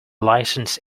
licence